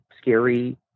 scary